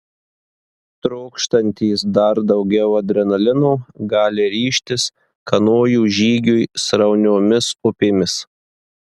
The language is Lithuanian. trokštantys dar daugiau adrenalino gali ryžtis kanojų žygiui srauniomis upėmis